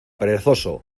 perezoso